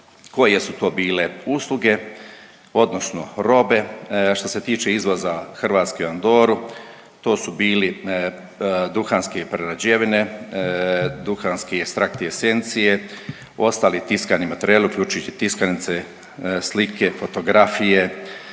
koje su to bile usluge odnosno robe? Što se tiče izvoza Hrvatske u Andoru to su bili duhanske prerađevine, duhanski ekstrakti, esencije, ostali tiskani materijali uključujući i tiskanice, slike, fotografije.